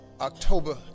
october